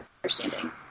understanding